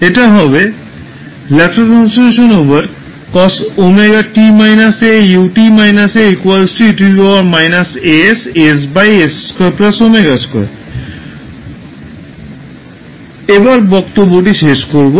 এটা হবে এবার বক্তব্যটি শেষ করবো